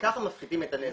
וכך מפחיתים את הנזק.